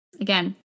Again